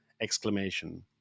exclamation